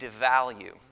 devalue